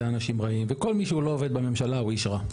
אנשים רעים וכל מי שהוא לא עובד בממשלה הוא איש רע,